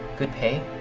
good pay,